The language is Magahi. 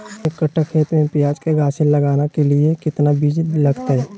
एक कट्ठा खेत में प्याज के गाछी लगाना के लिए कितना बिज लगतय?